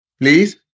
Please